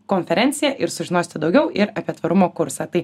konferencija ir sužinosite daugiau ir apie tvarumo kursą tai